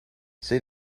see